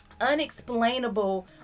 unexplainable